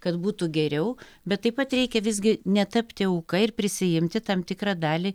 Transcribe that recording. kad būtų geriau bet taip pat reikia visgi netapti auka ir prisiimti tam tikrą dalį